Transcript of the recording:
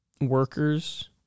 workers